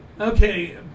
Okay